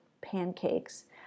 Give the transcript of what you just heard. pancakes